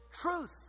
truth